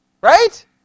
Right